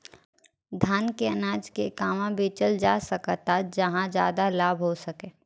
धान के अनाज के कहवा बेचल जा सकता जहाँ ज्यादा लाभ हो सके?